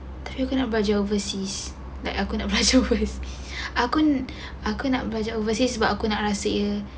aku nak belajar overseas like aku nak belajar overseas aku nak belajar overseas sebab aku nak rasa ya